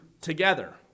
together